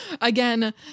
again